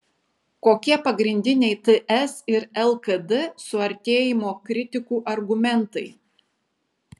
kokie pagrindiniai ts ir lkd suartėjimo kritikų argumentai